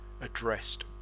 addressed